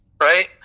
right